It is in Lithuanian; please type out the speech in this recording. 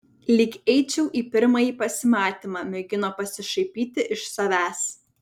lyg eičiau į pirmąjį pasimatymą mėgino pasišaipyti iš savęs